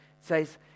says